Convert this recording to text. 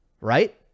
right